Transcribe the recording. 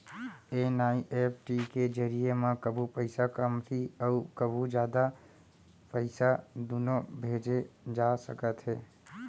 NEFT के जरिए म कभू पइसा कमती अउ कभू जादा पइसा दुनों भेजे जा सकते हे